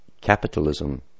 capitalism